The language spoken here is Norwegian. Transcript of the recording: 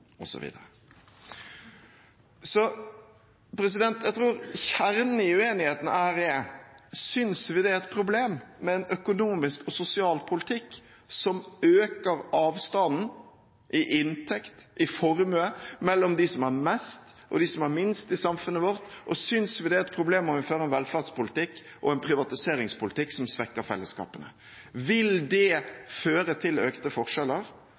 Jeg tror kjernen i uenigheten er: Synes vi det er et problem med en økonomisk og sosial politikk som øker avstanden i inntekt og formue mellom dem som har mest, og dem som har minst i samfunnet vårt? Og synes vi det er et problem om vi fører en velferdspolitikk og en privatiseringspolitikk som svekker fellesskapet? Vil det føre til økte forskjeller,